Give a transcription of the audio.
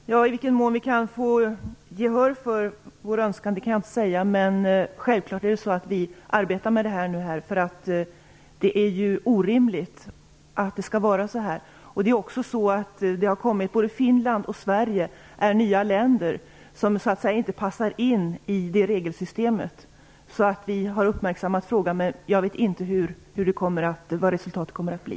Herr talman! I vilken mån vi kan få gehör för våra önskemål kan jag inte säga, men självklart arbetar vi med det här; regelsystemet är orimligt på den här punkten. Både Finland och Sverige är nya medlemsländer som så att säga inte passar in i det regelsystemet. Vi har alltså uppmärksammat saken, men jag vet inte vilket resultatet kommer att bli.